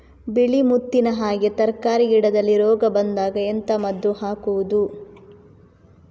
ಬಿಳಿ ಮುತ್ತಿನ ಹಾಗೆ ತರ್ಕಾರಿ ಗಿಡದಲ್ಲಿ ರೋಗ ಬಂದಾಗ ಎಂತ ಮದ್ದು ಹಾಕುವುದು?